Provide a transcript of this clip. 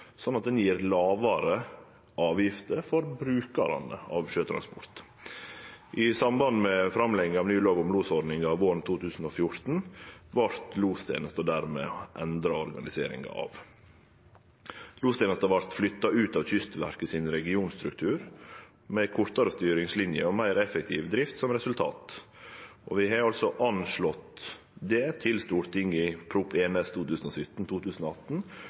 at ho gjev lågare avgifter for brukarane av sjøtransport. I samband med framlegging av ny lov om losordninga våren 2014 vart organiseringa av lostenesta dermed endra. Lostenesta vart flytta ut av Kystverkets regionstruktur, med kortare styringslinje og meir effektiv drift som resultat. I Prop. 1 S for 2017–2018 anslo vi det overfor Stortinget